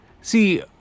see